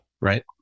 Right